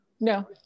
no